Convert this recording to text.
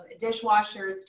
dishwashers